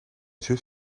zus